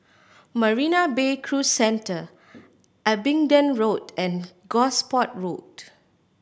Marina Bay Cruise Centre Abingdon Road and Gosport Road